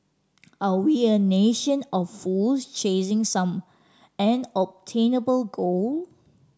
are we a nation of fools chasing some unobtainable goal